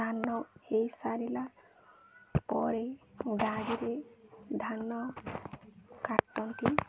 ଧାନ ହେଇ ସାରିଲା ପରେ ଗାଡ଼ିରେ ଧାନ କାଟନ୍ତି